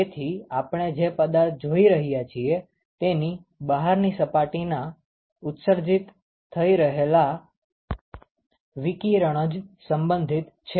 તેથી આપણે જે પદાર્થ જોઈ રહ્યા છીએ તેની બહારની સપાટીના ઉત્સર્જીત થઇ રહેલા વિકિરણ જ સંબંધિત છે